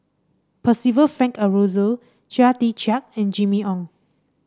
Percival Frank Aroozoo Chia Tee Chiak and Jimmy Ong